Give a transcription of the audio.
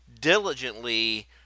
diligently